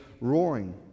roaring